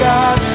God